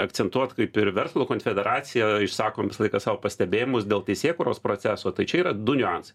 akcentuot kaip ir verslo konfederacija išsakom visą laiką savo pastebėjimus dėl teisėkūros proceso tai čia yra du niuansai